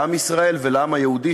לעם ישראל ולעם היהודי,